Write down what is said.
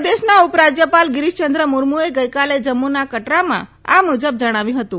પ્રદેશના ઉપ રાજયપાલ ગીરીશયંદ્ર મુર્મુએ ગઇકાલે જમ્મુના કટરામાં આ મુજબ જણાવ્યું હતું